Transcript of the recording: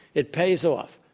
it pays off.